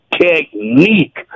technique